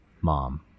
Mom